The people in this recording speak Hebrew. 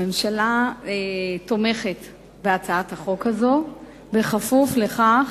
הממשלה תומכת בהצעת החוק הזאת כפוף לכך